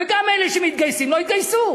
וגם אלה שמתגייסים לא יתגייסו.